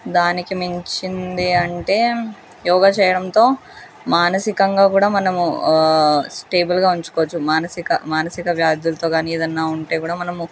దానికి మించింది అంటే యోగా చేయడంతో మానసికంగా కూడా మనము స్టేబుల్గా ఉంచుకోవచ్చు మానసిక మానసిక వ్యాధులతో కానీ ఏదన్నా ఉంటే కూడా మనము